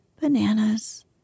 bananas